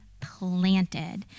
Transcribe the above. planted